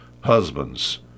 Husbands